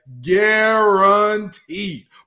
guaranteed